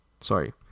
Sorry